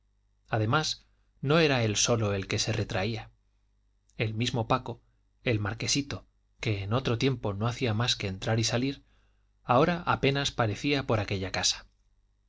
además no era él solo el que se retraía el mismo paco el marquesito que en otro tiempo no hacía más que entrar y salir ahora apenas parecía por aquella casa